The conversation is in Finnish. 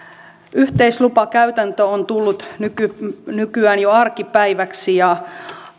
yhteislupakäytäntö on tullut nykyään nykyään jo arkipäiväksi ja